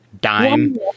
dime